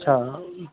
अच्छा